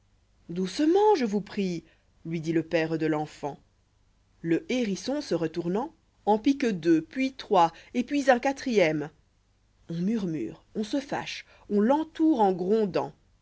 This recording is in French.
doucement je vou prie lui dit le père do l'enfant le hérisson se retournant kn pique deux puis trois et puis un quatrième on murmure oiiise fiche on l'entoure en grondant